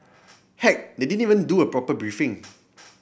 heck they didn't even do a proper briefing